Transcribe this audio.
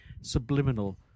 subliminal